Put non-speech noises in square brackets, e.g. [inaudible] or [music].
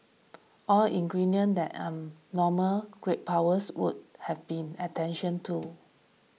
all ingredients that [hesitation] normal great powers would have been attention to